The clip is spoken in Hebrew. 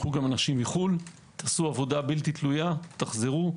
גם אנשים מחו"ל, עשו עבודה בלתי תלויה ותחזרו.